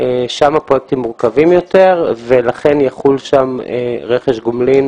שם הפרויקטים מורכבים יותר ולכן יחול שם רכש גומלין